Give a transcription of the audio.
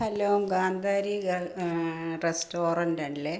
hello Gandhari ഗേൽ റെസ്റ്റോറന്റല്ലേ